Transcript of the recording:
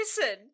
Listen